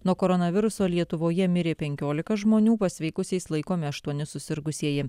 nuo koronaviruso lietuvoje mirė penkiolika žmonių pasveikusiais laikomi aštuoni susirgusieji